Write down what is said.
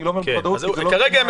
אני לא אומר בוודאות --- כרגע הם